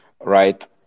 right